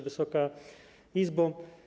Wysoka Izbo!